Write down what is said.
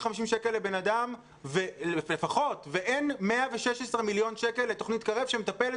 שקל לפחות לאדם ואין 116 מיליון שקל לתוכנית קרב שמטפלת